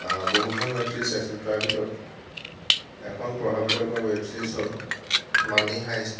বহু কেইখন web series চাইছিলোঁ তাৰে ভিতৰত এখন প্ৰভাৱিত কৰা ৱেব চিৰিজ হ'ল মানি হাইচ্ট